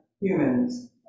humans